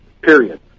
period